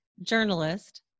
journalist